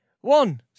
one